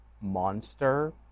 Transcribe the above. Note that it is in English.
monster